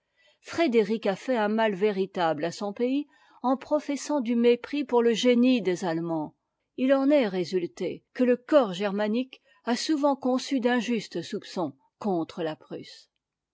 a fait un mal véritable à son pays en professant du mépris pour le génie des allemands il en est résulté que le corps germanique a souvent conçu d'injustes soupçons contre la prusse